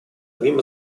одним